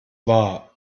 war